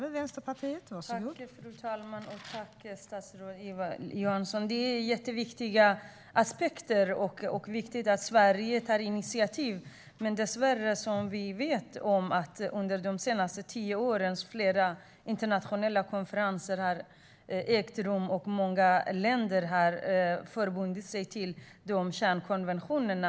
Fru talman! Tack, statsrådet Ylva Johansson! Detta är jätteviktiga aspekter, och det är viktigt att Sverige tar initiativ. Vi vet att under de senaste tio åren har flera internationella konferenser ägt rum, och många länder har förbundit sig till kärnkonventionerna.